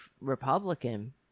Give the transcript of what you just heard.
Republican